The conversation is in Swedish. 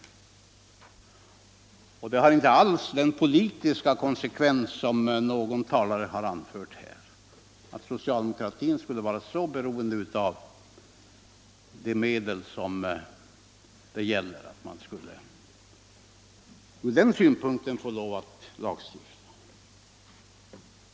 Åtgärden skulle emellertid inte alls få den politiska konsekvens som någon talare här hävdat att den skulle få. Socialdemokratin är inte så beroende av de medel som det gäller att man ur den synpunkten skulle komma någonstans med en lagstiftning.